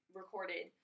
recorded